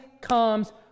comes